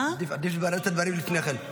עדיף לברר את הדברים לפני כן.